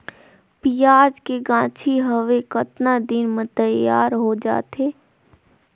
पियाज के गाछी हवे कतना दिन म तैयार हों जा थे?